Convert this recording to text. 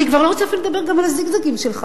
אני כבר לא רוצה אפילו לדבר גם על הזיגזגים שלך.